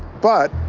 but